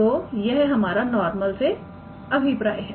तो यह हमारा नॉर्मल से अभिप्राय है